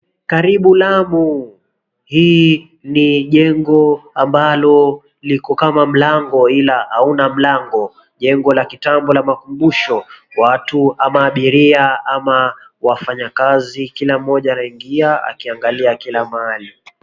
Karibu Lamu, hii ni jengo ambalo liko kama mlango ila hauna mlango. Jengo la kitambo la makumbusho. Watu ama abiria ama wafanyikazi kila mmoja anaingia akiangalia kila mahali.